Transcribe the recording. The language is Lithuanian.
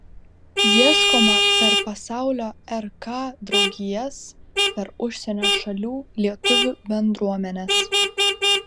ieškoma per pasaulio rk draugijas per užsienio šalių lietuvių bendruomenes